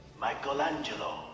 Michelangelo